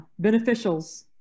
beneficials